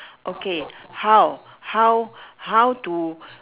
okay how how how to